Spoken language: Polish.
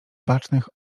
bacznych